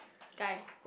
guy